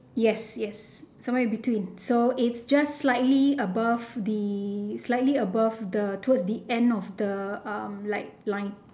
yes yes some where between so its just slightly above the slightly above the towards the end of the uh like line